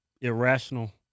irrational